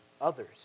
others